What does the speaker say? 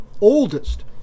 oldest